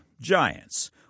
giants